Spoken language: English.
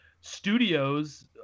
studios